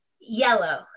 Yellow